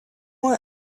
want